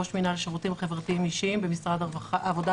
ראש מינהל שירותים חברתיים אישיים במשרד העבודה,